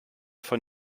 von